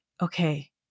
Okay